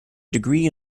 degree